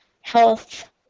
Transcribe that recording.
health